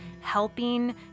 helping